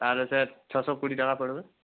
তাহলে স্যার ছশো কুড়ি টাকা পড়বে